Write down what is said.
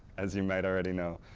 as you might already know.